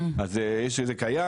אז זה קיים,